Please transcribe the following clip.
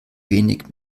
wenig